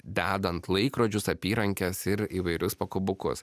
dedant laikrodžius apyrankes ir įvairius pakabukus